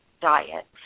diet